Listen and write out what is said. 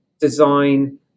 design